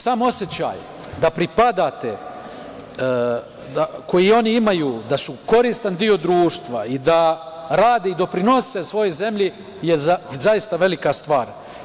Sam osećaj da pripadate, koji oni imaju, da su koristan deo društva i da rade i doprinose svojoj zemlji, je zaista velika stvar.